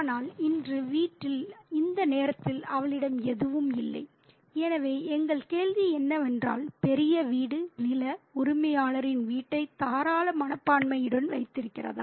ஆனால் இன்று வீட்டில் இந்த நேரத்தில் அவளிடம் எதுவும் இல்லை எனவே எங்கள் கேள்வி என்னவென்றால் பெரிய வீடு நில உரிமையாளரின் வீட்டை தாராள மனப்பான்மையுடன் வைத்திருக்கிறதா